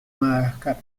madagascar